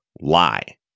lie